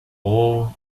all